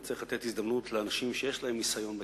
וצריך לתת הזדמנות לאנשים שיש להם ניסיון בכך,